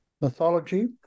mythology